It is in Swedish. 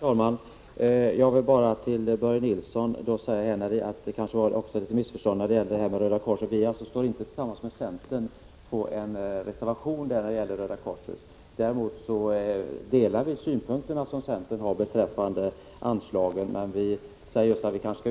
Herr talman! Jag vill bara säga till Börje Nilsson att det kanske råder ett missförstånd när det gäller Röda korset. Folkpartiet har alltså inte en gemensam reservation med centern på den punkten. Däremot delar vi de synpunkter som centern har beträffande anslagen, men vi säger att